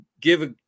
give